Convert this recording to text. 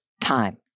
time